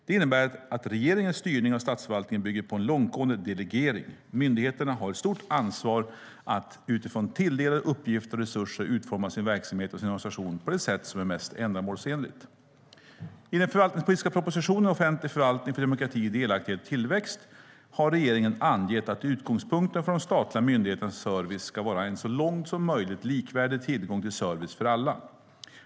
Det innebär att regeringens styrning av statsförvaltningen bygger på en långtgående delegering. Myndigheterna har ett stort ansvar att utifrån tilldelade uppgifter och resurser utforma sina verksamheter och sin organisation på det sätt som är mest ändamålsenligt. I den förvaltningspolitiska propositionen Offentlig förvaltning för demokrati, delaktighet och tillväxt har regeringen angett att utgångspunkten för de statliga myndigheternas service ska vara en så långt som möjligt likvärdig tillgång till service för alla.